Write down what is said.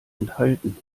enthalten